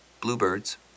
bluebirds